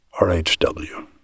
RHW